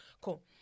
Cool